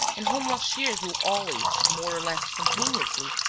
and holmlock shears will always, more or less spontaneously,